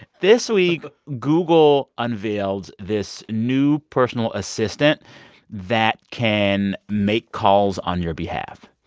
this week, google unveiled this new personal assistant that can make calls on your behalf.